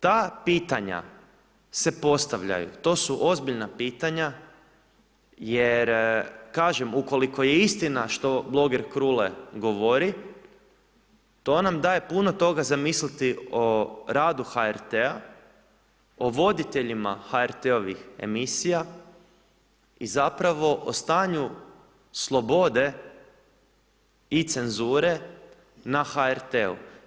Ta pitanja se postavljaju, to su ozbiljna pitanja jer, kažem, ukoliko je istina što bloger Krule govori, to nam daje puno toga za misliti o radu HRT-a, o voditeljima HRT-ovih emisija i zapravo o stanju slobode i cenzure na HRT-u.